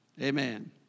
Amen